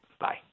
bye